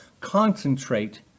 concentrate